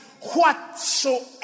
whatsoever